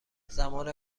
زمان